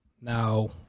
Now